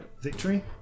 victory